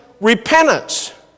repentance